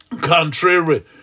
contrary